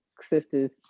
sisters